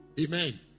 Amen